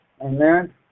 Amen